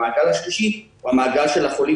והמעגל השלישי הוא המעגל של החולים